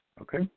Okay